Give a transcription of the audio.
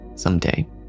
Someday